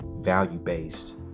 value-based